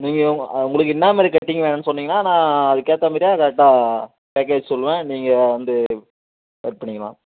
நீங்கள் உங்களுக்கு என்ன மாதிரி கட்டிங் வேணும்ன்னு சொன்னீங்கன்னா நான் அதுக்கேற்ற மாரியே கரெக்டாக பேக்கேஜ் சொல்வேன் நீங்கள் வந்து கட் பண்ணிக்கலாம்